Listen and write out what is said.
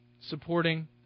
supporting